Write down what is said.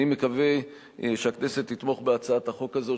אני מקווה שהכנסת תתמוך בהצעת החוק הזאת,